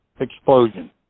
explosion